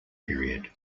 period